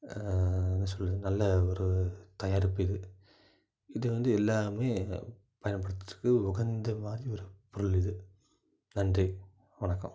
என்ன சொல்கிறது நல்ல ஒரு தயாரிப்பு இது இது வந்து எல்லாேருமே பயன்படுத்துகிறதுக்கு உகந்தமாதிரி ஒரு பொருள் இது நன்றி வணக்கம்